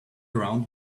around